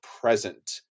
present